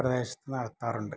പ്രദേശത്ത് നടത്താറുണ്ട്